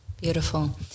beautiful